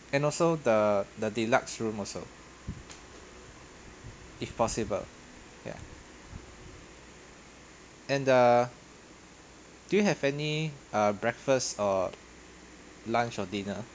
and also the the deluxe room also if possible ya and err do you have any uh breakfast or lunch or dinner